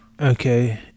Okay